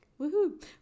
Woohoo